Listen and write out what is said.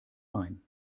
main